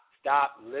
stop